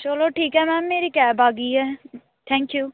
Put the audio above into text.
ਚਲੋ ਠੀਕ ਹੈ ਮੈਮ ਮੇਰੀ ਕੈਬ ਆ ਗਈ ਹੈ ਥੈਂਕ ਯੂ